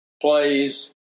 plays